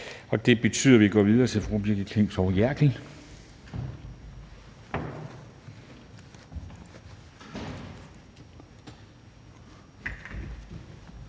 og det betyder, at vi går videre til fru Brigitte Klintskov Jerkel,